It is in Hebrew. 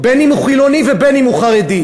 בין אם הוא חילוני ובין אם הוא חרדי,